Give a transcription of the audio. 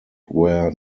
where